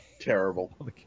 Terrible